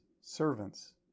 servants